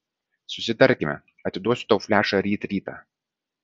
susitarkime atiduosiu tau flešą ryt rytą